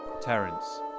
Terence